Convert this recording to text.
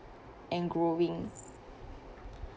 and growing